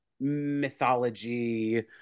mythology